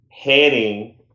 heading